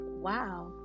wow